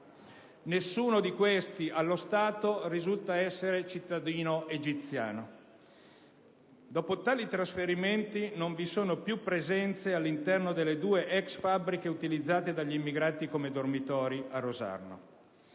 Nessuno di questi, allo stato, risulta essere cittadino egiziano. Dopo tali trasferimenti non vi sono più presenze all'interno delle due ex fabbriche utilizzate dagli immigrati come dormitori a Rosarno.